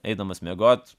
eidamas miegot